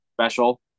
special